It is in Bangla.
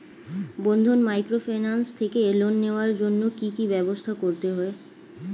বন্ধন মাইক্রোফিন্যান্স থেকে লোন নেওয়ার জন্য কি কি ব্যবস্থা করতে হবে?